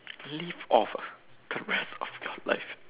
live off ah the rest of my life